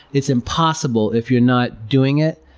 it's impossible, if you're not doing it,